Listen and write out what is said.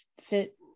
fit